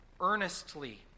earnestly